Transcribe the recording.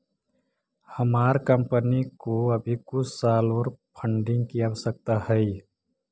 हमार कंपनी को अभी कुछ साल ओर फंडिंग की आवश्यकता हई